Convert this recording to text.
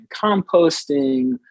composting